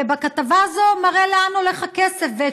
והכתבה הזאת מראה לאן הולך הכסף ואת